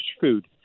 Food